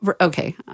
Okay